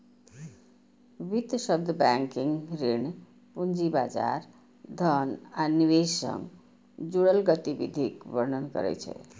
वित्त शब्द बैंकिंग, ऋण, पूंजी बाजार, धन आ निवेश सं जुड़ल गतिविधिक वर्णन करै छै